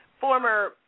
former